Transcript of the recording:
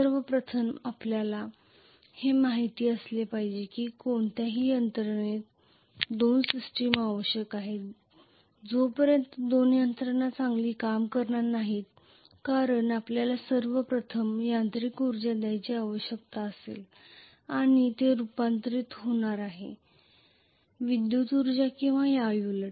सर्वप्रथम आपल्याला हे माहित असले पाहिजे की कोणत्याही यंत्रणेत दोन सिस्टम आवश्यक आहेत जोपर्यंत दोन यंत्रणा चांगली काम करणार नाहीत कारण आपल्याला सर्व प्रथम यांत्रिक ऊर्जा द्यायची आवश्यकता असेल आणि ते रूपांतरित होणार आहे विद्युत ऊर्जा किंवा त्याउलट